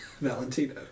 Valentino